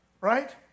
Right